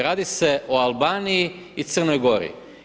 Radi se o Albaniji i Crnoj Gori.